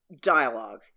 dialogue